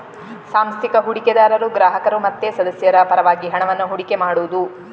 ಸಾಂಸ್ಥಿಕ ಹೂಡಿಕೆದಾರರು ಗ್ರಾಹಕರು ಮತ್ತೆ ಸದಸ್ಯರ ಪರವಾಗಿ ಹಣವನ್ನ ಹೂಡಿಕೆ ಮಾಡುದು